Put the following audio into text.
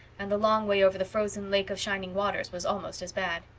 and the long way over the frozen lake of shining waters was almost as bad.